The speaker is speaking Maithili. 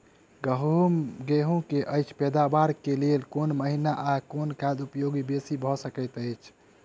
गेंहूँ की अछि पैदावार केँ लेल केँ महीना आ केँ खाद उपयोगी बेसी भऽ सकैत अछि?